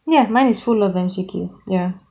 ya mine is full of M_C_Q ya